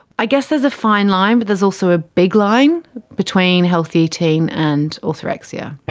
i guess there's a fine line, but there's also a big line between healthy eating and orthorexia.